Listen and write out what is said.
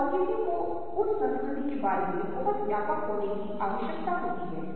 और हमें इसके बारे में जागरूक होने की आवश्यकता है